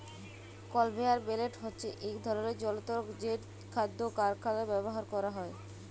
conveyor belt হছে ইক ধরলের জলতর যেট খাদ্য কারখালায় ব্যাভার ক্যরা হয়